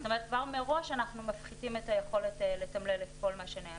זאת אומרת כבר מראש אנחנו מפחיתים את היכולת לתמלל את כל מה שנאמר,